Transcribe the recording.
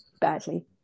badly